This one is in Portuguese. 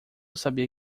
sabia